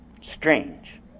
Strange